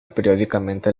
periódicamente